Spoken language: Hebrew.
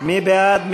מי בעד?